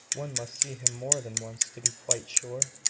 one must see him more than once to be quite sure.